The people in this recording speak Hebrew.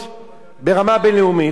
ישבנו וקיימנו דיונים,